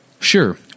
Sure